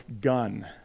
gun